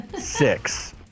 Six